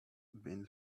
been